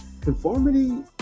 conformity